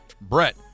Brett